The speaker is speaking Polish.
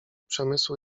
przemysłu